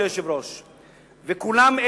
וכולם,